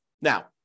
Now